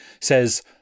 says